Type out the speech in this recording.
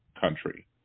country